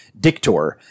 Dictor